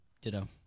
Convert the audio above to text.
ditto